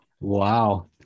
Wow